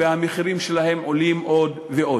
והמחירים שלהם עולים עוד ועוד.